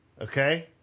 Okay